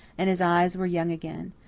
and his eyes were young again,